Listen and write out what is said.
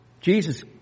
Jesus